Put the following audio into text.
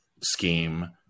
scheme